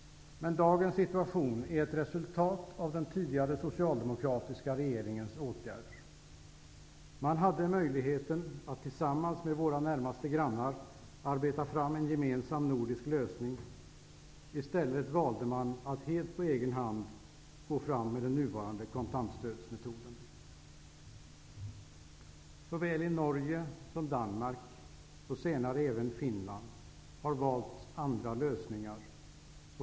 Men dagens situation är ett resultat av den tidigare socialdemokratiska regeringens åtgärder. Man hade möjligheten att tillsammans med våra närmaste grannar arbeta fram en gemensam nordisk lösning. I stället valde man att helt på egen hand gå fram med den nuvarande kontantstödsmetoden. Såväl Norge som Danmark, och senare även Finland, har valt andra lösningar.